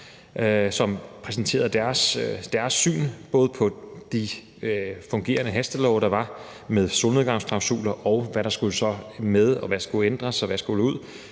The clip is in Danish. som præsenterede deres syn både på de fungerende hastelove, der var med solnedgangsklausuler, og hvad der skulle med, hvad der skulle